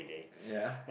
yea